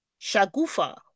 Shagufa